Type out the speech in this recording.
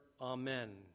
amen